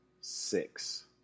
six